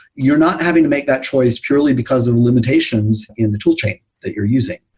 you're not having to make that choice purely because of limitations in the tool chain that you're using,